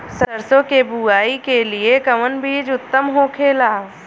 सरसो के बुआई के लिए कवन बिज उत्तम होखेला?